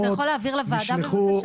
נשלחו -- אתה יכול להעביר לוועדה בבקשה?